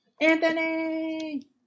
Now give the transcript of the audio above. Anthony